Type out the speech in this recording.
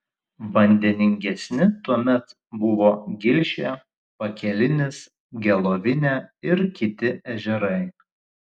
vandeningesni tuomet buvo gilšė pakelinis gelovinė ir kiti ežerai